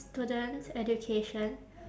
students education